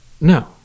No